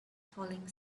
falling